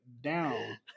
down